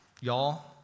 Y'all